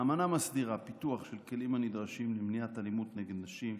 האמנה מסדירה פיתוח של הכלים הנדרשים למניעת אלימות נגד נשים,